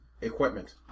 equipment